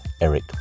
Eric